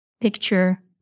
picture